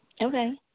Okay